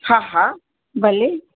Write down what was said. हा हा भले